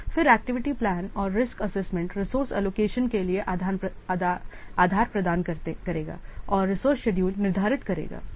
फिर activity plan और risk assessment resource allocation के लिए आधार प्रदान करेगा और रिसोर्स शेड्यूल निर्धारित करेगा